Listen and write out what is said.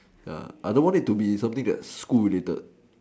ya I don't want it to be something that school related